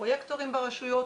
פרויקטורים ברשויות,